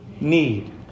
need